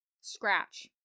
scratch